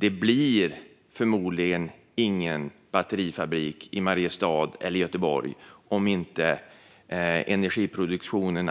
Det blir förmodligen ingen batterifabrik i Mariestad eller Göteborg om man inte ser att energiproduktionen